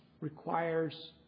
requires